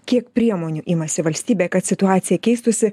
kiek priemonių imasi valstybė kad situacija keistųsi